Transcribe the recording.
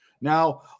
now